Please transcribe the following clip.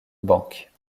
banque